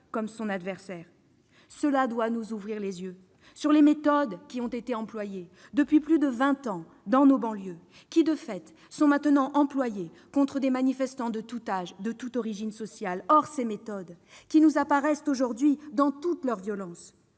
comme son adversaire. Cela doit nous ouvrir les yeux sur les méthodes qui ont été employées depuis plus de vingt dans nos banlieues et qui, de fait, sont maintenant employées contre des manifestants de tout âge et de toutes origines sociales. Or, ces méthodes, qui nous apparaissent aujourd'hui dans toute leur violence,